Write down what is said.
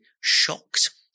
shocked